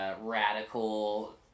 radical